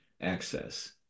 access